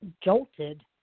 jolted